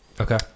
Okay